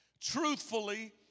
Truthfully